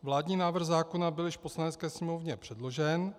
Vládní návrh zákona byl již v Poslanecké sněmovně předložen.